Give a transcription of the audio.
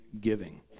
giving